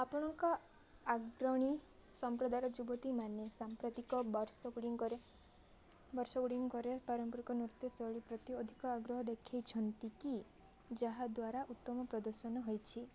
ଆପଣଙ୍କ ଆଗ୍ରଣୀ ସମ୍ପ୍ରଦାୟର ଯୁବତୀମାନେ ସାମ୍ପ୍ରତିକ ବର୍ଷ ଗୁଡ଼ିକରେ ବର୍ଷ ଗୁଡ଼ିକରେ ପାରମ୍ପରିକ ନୃତ୍ୟ ଶୈଳୀ ପ୍ରତି ଅଧିକ ଆଗ୍ରହ ଦେଖାଇଛନ୍ତି କି ଯାହାଦ୍ୱାରା ଉତ୍ତମ ପ୍ରଦର୍ଶନ ହୋଇଛି